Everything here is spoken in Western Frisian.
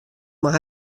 mar